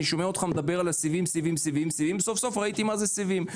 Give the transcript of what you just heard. אני שומע אותו מדבר על הסיבים האופטיים וסוף סוף ראיתי מה זה סיבים.